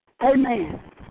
Amen